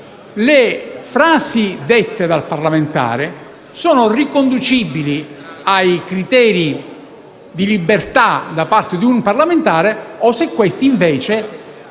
le frasi dette dal parlamentare siano riconducibili ai criteri di libertà da parte di un parlamentare o se esse, invece,